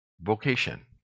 vocation